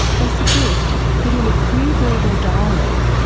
they suggest that in a preverbal dialogue,